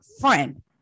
friend